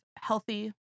healthy